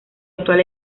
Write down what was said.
actual